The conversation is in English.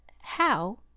how